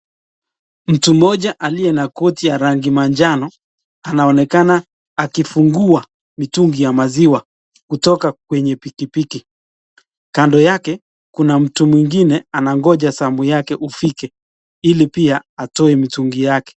Mtu mmoja aliye na koti ya rangi manjano anaonekana akifungua mitungi ya maziwa kutoka kwenye pikipiki. Kando yake kuna mtu mwingine anangoja zamu yake ufike ili pia atoe mitungi yake.